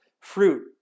fruit